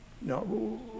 No